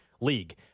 league